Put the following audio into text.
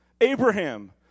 Abraham